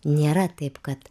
nėra taip kad